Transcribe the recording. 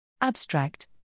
Abstract